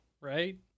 Right